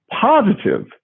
positive